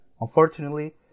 Unfortunately